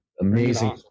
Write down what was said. Amazing